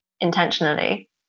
intentionally